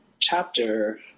chapter